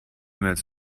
mails